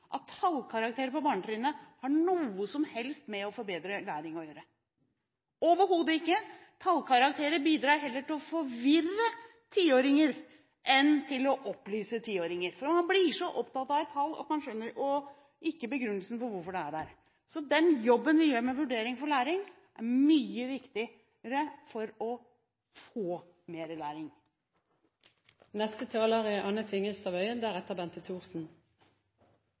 at tallkarakterer på barnetrinnet har noe som helst med å forbedre læring å gjøre – overhodet ikke. Tallkarakterer bidrar heller til å forvirre tiåringer enn til å opplyse tiåringer. For man blir så opptatt av et tall – og ikke begrunnelsen for hvorfor det er der. Den jobben vi gjør med vurdering av læring, er viktig for å få mer læring. Jeg har egentlig bare en kort merknad. Det er